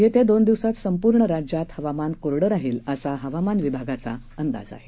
येत्या दोन दिवसांत संपूर्ण राज्यात हवामान कोरडं राहील असा हवामान विभागाचा अंदाज आहे